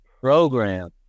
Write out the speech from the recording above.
program